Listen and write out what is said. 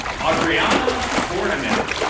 audriana bordeman